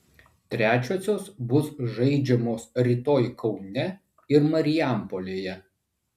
trečiosios bus žaidžiamos rytoj kaune ir marijampolėje